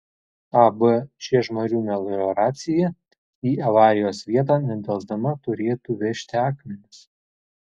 ab žiežmarių melioracija į avarijos vietą nedelsdama turėtų vežti akmenis